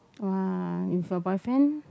!wah! with your boyfriend